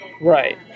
right